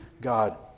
God